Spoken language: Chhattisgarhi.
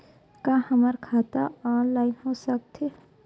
का हमर खाता ऑनलाइन हो सकथे?